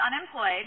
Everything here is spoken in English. unemployed